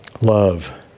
Love